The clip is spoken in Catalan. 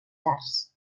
arts